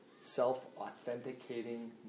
self-authenticating